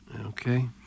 Okay